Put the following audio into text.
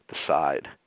decide